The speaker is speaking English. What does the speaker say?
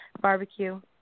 barbecue